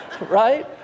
right